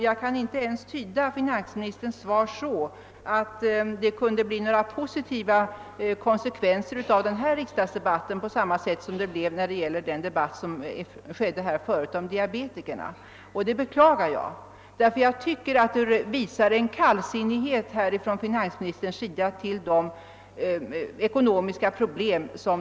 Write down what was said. Jag kan inte ens tyda finansministerns svar så ati det kunde bli några positiva konsekvenser av denna riksdagsdebatt på samma sätt som det blev av den debatt som tidigare hölls om diabetikerna. Det beklagar jag därför att jag anser att det visar en kallsinnighet från finansministerns sida till dessa personers ekonomiska problem.